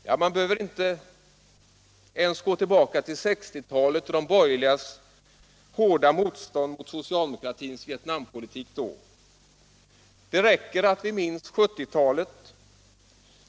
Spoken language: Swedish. Ja, man behöver inte ens gå tillbaka till 1960-talet och de borgerligas hårda motstånd mot socialdemokratins Vietnampolitik då. Det räcker med att vi minns 1970-talet.